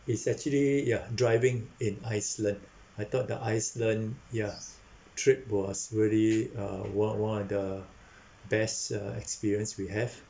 it's actually ya driving in iceland I thought the iceland ya trip was really uh one one of the best uh experience we have